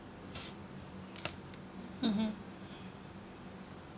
mmhmm